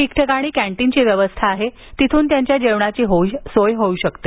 ठिकठिकाणी कॅन्टीनची व्यवस्था आहे तिथ्रन त्यांच्या जेवणाची सोय होऊ शकते